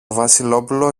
βασιλόπουλο